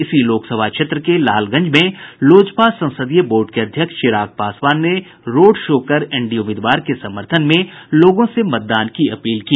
इसी लोकसभा क्षेत्र के लालगंज में लोजपा संसदीय बोर्ड के अध्यक्ष चिराग पासवान ने रोड शो कर एनडीए उम्मीदवार के समर्थन में लोगों से मतदान की अपील की